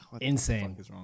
insane